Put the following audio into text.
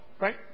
right